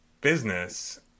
business